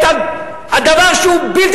את הדבר שהוא בלתי,